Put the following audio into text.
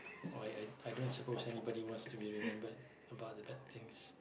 or I I I don't suppose anybody wants to be remembered about the bad things